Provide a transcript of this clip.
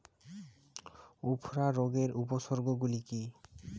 উফরা রোগের উপসর্গগুলি কি কি?